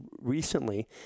recently